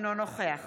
אינו נוכח